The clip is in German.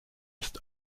ist